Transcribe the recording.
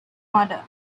murder